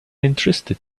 interested